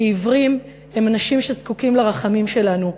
שעיוורים הם אנשים שזקוקים לרחמים שלנו.